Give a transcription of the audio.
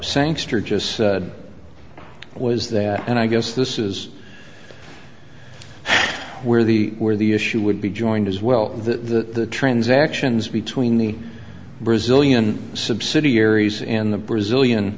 sanctions are just was that and i guess this is where the where the issue would be joined as well the transactions between the brazilian subsidiaries and the brazilian